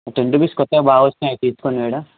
ten rupees కొత్తవి బాగా వస్తునాయి తీసుకోండి మేడం